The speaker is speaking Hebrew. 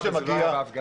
זה לא תקין.